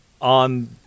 on